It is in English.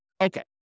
Okay